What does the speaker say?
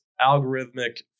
algorithmic